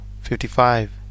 fifty-five